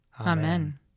Amen